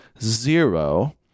zero